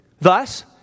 Thus